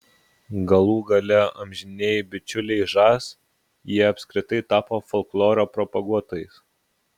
galų gale amžinieji bičiuliai žas jie apskritai tapo folkloro propaguotojais